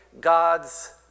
God's